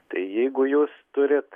tai jeigu jūs turit